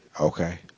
Okay